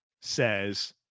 says